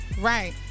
Right